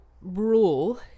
rule